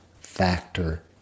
factor